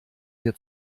wir